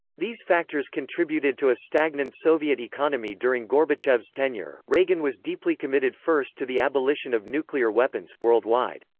these factors contributed to a stagnant soviet economy during gorbachev's tenure reagan was deeply committed first to the abolition of nuclear weapons, worldwide.